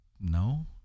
no